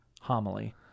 homily